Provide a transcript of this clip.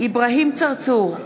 אברהים צרצור,